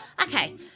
Okay